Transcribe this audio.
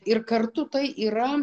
ir kartu tai yra